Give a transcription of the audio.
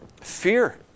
fear